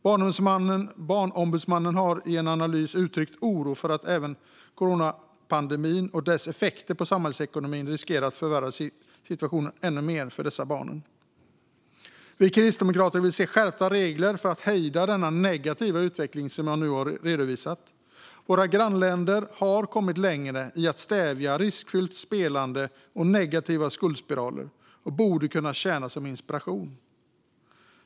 Barnombudsmannen har i en analys uttryckt oro för att coronapandemin och dess effekter på samhällsekonomin riskerar att förvärra situationen ännu mer för dessa barn. Kristdemokraterna vill se skärpta regler för att hejda den negativa utveckling som jag nu har redovisat. Våra grannländer har kommit längre i att stävja riskfyllt spelande och negativa skuldspiraler och borde kunna tjäna som inspiration.